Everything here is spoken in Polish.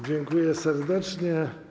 Dziękuję serdecznie.